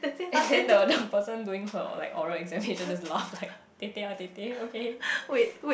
and then the the person doing her like oral exam patient just laugh like tetek ah tete okay